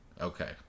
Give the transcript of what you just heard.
Okay